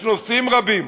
יש נושאים רבים,